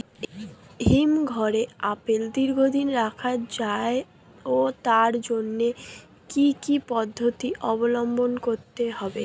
হিমঘরে আপেল কি দীর্ঘদিন রাখা যায় ও তার জন্য কি কি পদ্ধতি অবলম্বন করতে হবে?